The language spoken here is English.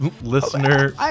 listener